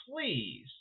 please